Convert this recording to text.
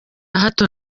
hato